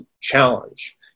challenge